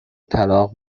طلاق